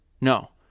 No